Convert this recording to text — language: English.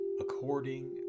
according